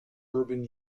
urban